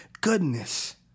goodness